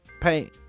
pay